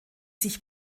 sich